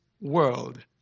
world